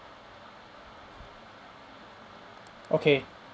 okay